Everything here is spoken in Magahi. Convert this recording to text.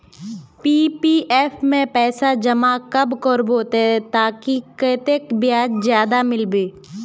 पी.पी.एफ में पैसा जमा कब करबो ते ताकि कतेक ब्याज ज्यादा मिलबे?